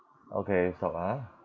okay stop ah